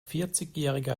vierzigjähriger